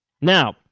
now